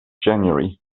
january